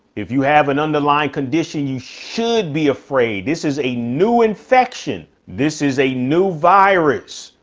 if you have an underlying condition, you should be afraid. this is a new infection. this is a new virus.